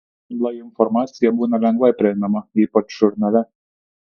lai informacija būna lengvai prieinama ypač žurnale